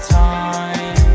time